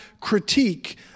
critique